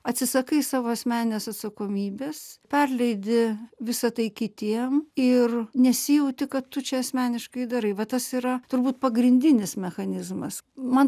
atsisakai savo asmeninės atsakomybės perleidi visa tai kitiem ir nesijauti kad tu čia asmeniškai darai va tas yra turbūt pagrindinis mechanizmas man